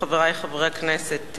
חברי חברי הכנסת,